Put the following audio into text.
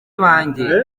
banjye